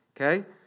okay